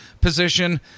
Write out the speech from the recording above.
position